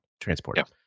Transport